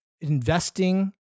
investing